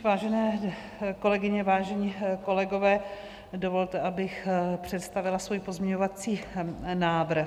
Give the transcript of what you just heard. Vážené kolegyně, vážení kolegové, dovolte, abych představila svůj pozměňovací návrh.